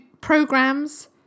programs